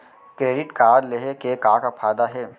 Credit card लेहे के का का फायदा हे?